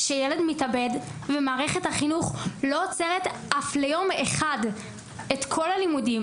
שילד מתאבד ומערכת החינוך לא עוצרת אף ליום אחד את כל הלימודים,